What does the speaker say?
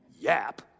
yap